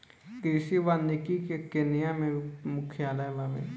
कृषि वानिकी के केन्या में मुख्यालय बावे